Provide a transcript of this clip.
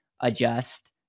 adjust